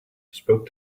spoke